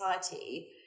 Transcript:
society